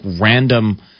random